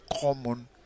common